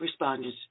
responders